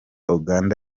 uganda